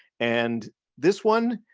and this one,